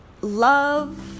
love